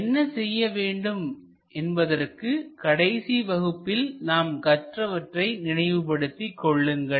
என்ன செய்ய வேண்டும் என்பதற்கு கடைசி வகுப்பில் நாம் கற்றவற்றை நினைவுபடுத்திக் கொள்ளுங்கள்